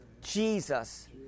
Jesus